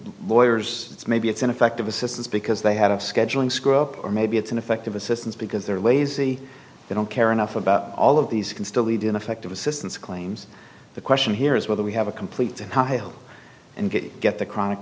it's maybe it's ineffective assistance because they had a scheduling screw up or maybe it's ineffective assistance because they're lazy they don't care enough about all of these can still be doing effective assistance claims the question here is whether we have a complete and get the chronic